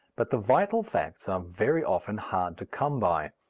but the vital facts are very often hard to come by.